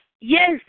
yes